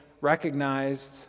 recognized